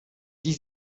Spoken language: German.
die